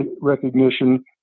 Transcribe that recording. recognition